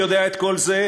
ביבי יודע את כל זה,